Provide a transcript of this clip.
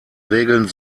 regeln